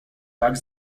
tak